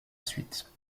suite